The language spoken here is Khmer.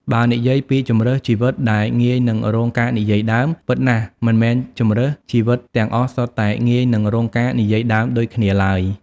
បើនិយាយពីជម្រើសជីវិតដែលងាយនឹងរងការនិយាយដើម ពិតណាស់មិនមែនជម្រើសជីវិតទាំងអស់សុទ្ធតែងាយនឹងរងការនិយាយដើមដូចគ្នាឡើយ។